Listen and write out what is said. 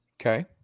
Okay